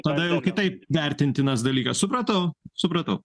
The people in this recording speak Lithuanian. tada jau kitaip vertintinas dalykas supratau supratau